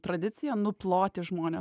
tradicija nuploti žmones